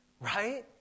right